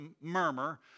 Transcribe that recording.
murmur